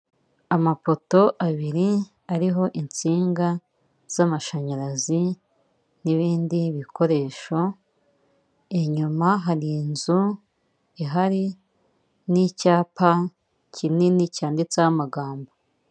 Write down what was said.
Amapoto abiri, ariho insinga z'amashanyarazi n'ibindi bikoresho, inyuma hari inzu ihari n'icyapa kinini, cyanditseho amagambo.